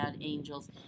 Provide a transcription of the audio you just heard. angels